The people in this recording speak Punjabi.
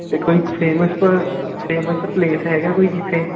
ਦੇਖੋ ਜੀ ਫੇਮਸ ਫੇਮਸ ਪਲੇਸ ਹੈਗਾ ਕੋਈ ਇੱਥੇ